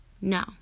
No